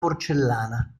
porcellana